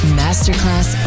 masterclass